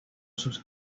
sus